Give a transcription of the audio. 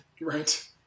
Right